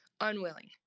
Unwilling